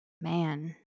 Man